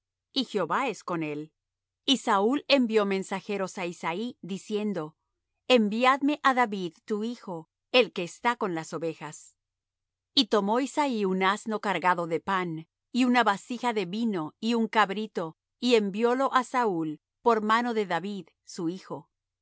y jehová es con él y saúl envió mensajeros á isaí diciendo envíame á david tu hijo el que está con las ovejas y tomó isaí un asno cargado de pan y un vasija de vino y un cabrito y enviólo á saúl por mano de david su hijo